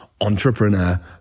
Entrepreneur